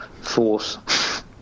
force